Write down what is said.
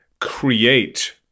create